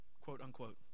quote-unquote